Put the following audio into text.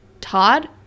Todd